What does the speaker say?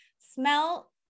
smell